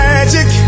Magic